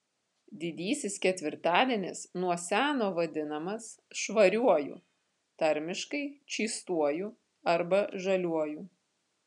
didysis ketvirtadienis nuo seno vadinamas švariuoju tarmiškai čystuoju arba žaliuoju